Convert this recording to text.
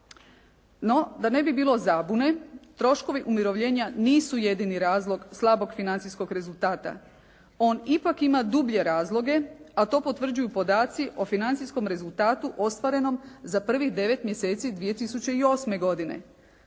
No, da ne bi bilo zabune troškovi umirovljenja nisu jedini razlog slabog financijskog rezultata. On ipak ima dublje razloge a to potvrđuju podaci o financijskom rezultatu ostvarenom za prvih devet mjeseci 2008. godine.